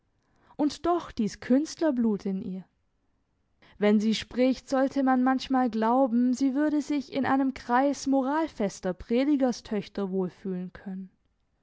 und doch dies künstlerblut in ihr wenn sie spricht sollte man manchmal glauben sie würde sich in einem kreis moralfester predigerstöchter wohl fühlen können